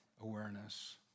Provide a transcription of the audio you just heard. awareness